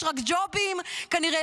יש רק ג'ובים' כנראה,